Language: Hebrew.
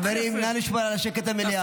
חברים, נא לשמור על השקט במליאה.